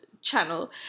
channel